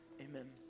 Amen